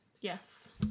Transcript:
Yes